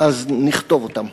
אז נכתוב אותם.